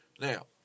Now